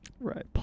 Right